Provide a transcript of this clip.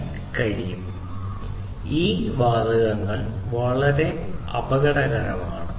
നിങ്ങൾക്കറിയാവുന്നതുപോലെ ഈ വാതകങ്ങൾ വളരെ അപകടകരമാണ്